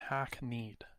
hackneyed